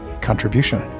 contribution